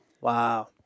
Wow